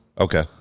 Okay